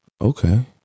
Okay